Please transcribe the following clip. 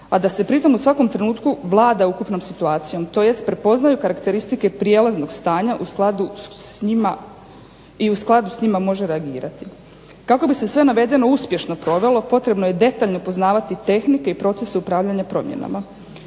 a da se pritom u svakom trenutku vlada ukupnom situacijom, tj. prepoznaju karakteristike prijelaznog stanja i u skladu s njima može reagirati. Kako bi se sve navedeno uspješno provelo potrebno je detaljno poznavati tehnike i procese upravljanja promjenama.